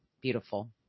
Beautiful